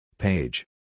Page